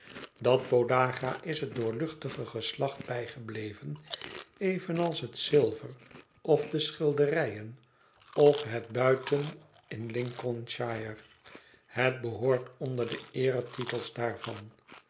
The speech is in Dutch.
dat podagra is het doorluchtige geslacht bijgebleven evenals het zilver of de schilderijen of het buiten in l inco in sh ir e het behoort onder de eeretitels daarvan